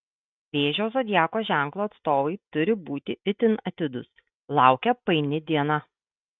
vėžio zodiako ženklo atstovai turi būti itin atidūs laukia paini diena